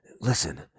Listen